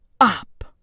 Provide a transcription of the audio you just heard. up